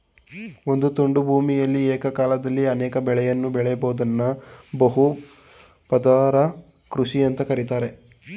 ಒಂದು ತುಂಡು ಭೂಮಿಯಲಿ ಏಕಕಾಲದಲ್ಲಿ ಅನೇಕ ಬೆಳೆಗಳನ್ನು ಬೆಳಿಯೋದ್ದನ್ನ ಬಹು ಪದರ ಕೃಷಿ ಅಂತ ಕರೀತಾರೆ